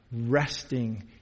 resting